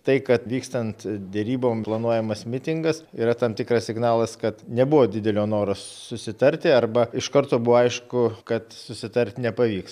tai kad vykstant derybom planuojamas mitingas yra tam tikras signalas kad nebuvo didelio noro susitarti arba iš karto buvo aišku kad susitarti nepavyks